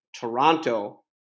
Toronto